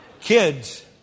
Kids